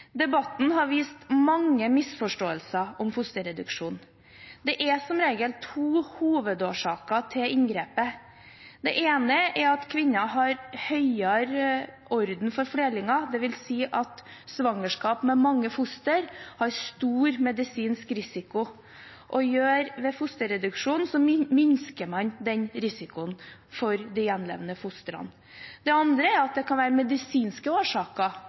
Debatten har vist mange misforståelser om fosterreduksjon. Det er som regel to hovedårsaker til inngrepet. Det ene er at kvinnen har høyere orden flerlinger, dvs. at svangerskap med mange foster gir stor medisinsk risiko, og ved fosterreduksjon minsker man den risikoen for de gjenlevende fostrene. Det andre er at det kan være medisinske årsaker